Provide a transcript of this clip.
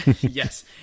yes